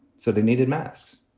so they needed masks